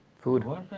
Food